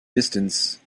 distance